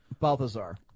Balthazar